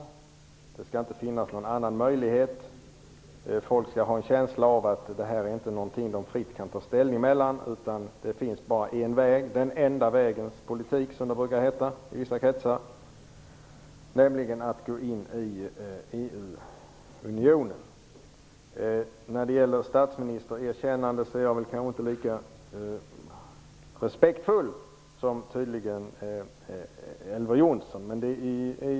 Det skall inte finnas någon annan möjlighet. Folk skall ha en känsla av att detta inte är något de fritt kan ta ställning till. Det finns bara en väg - den enda vägens politik, som det brukar heta i vissa kretsar - nämligen att gå in i Europeiska unionen. När det gäller ett statsministererkännande är jag kanske inte lika respektfull som Elver Jonsson tydligen är.